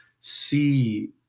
see